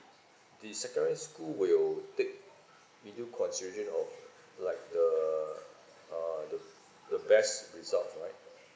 the secondary school will take medium criteria of like the uh the the best results right